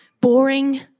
boring